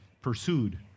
pursued